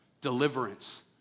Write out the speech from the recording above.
Deliverance